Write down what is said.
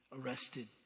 arrested